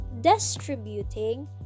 distributing